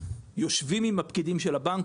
יושבים עם הפקידים של הבנק,